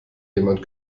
jemand